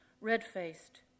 red-faced